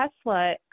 Tesla